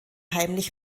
heimlich